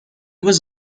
was